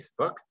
Facebook